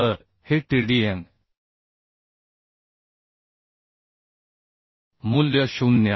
तर हे TDN मूल्य 0